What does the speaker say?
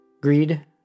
Greed